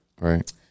Right